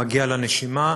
מגיע לנשימה,